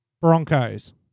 Broncos